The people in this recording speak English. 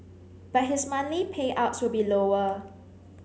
but his monthly payouts should be lower